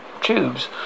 tubes